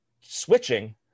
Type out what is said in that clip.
switching